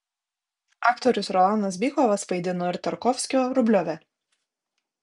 aktorius rolanas bykovas vaidino ir tarkovskio rubliove